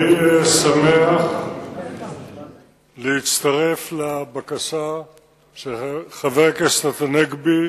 אני שמח להצטרף לבקשה של חבר הכנסת הנגבי.